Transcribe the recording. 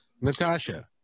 Natasha